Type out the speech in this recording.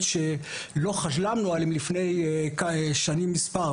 שלא חלמנו עליהן לפני שנים מספר,